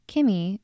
Kimmy